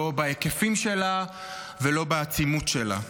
לא בהיקפים שלה ולא בעצימות שלה.